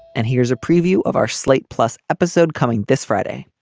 and here's a preview of our slate plus episode coming this friday.